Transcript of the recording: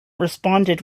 responded